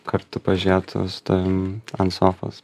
kartu pažėtų su tavimi ant sofos